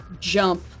jump